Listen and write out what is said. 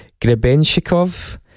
Grebenshikov